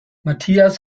matthias